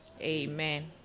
Amen